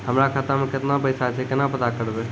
हमरा खाता मे केतना पैसा छै, केना पता करबै?